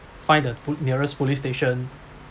find the po~ nearest police station